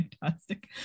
fantastic